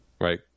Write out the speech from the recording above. right